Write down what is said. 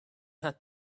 had